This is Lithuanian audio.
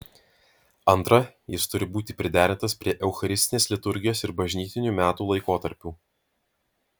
antra jis turi būti priderintas prie eucharistinės liturgijos ir bažnytinių metų laikotarpių